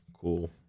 Cool